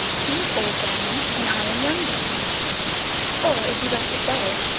he is old diamond, and i am young diamond or, if you like it better,